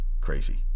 Crazy